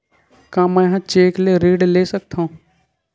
का मैं ह चेक ले ऋण कर सकथव?